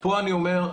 פה אני אומר,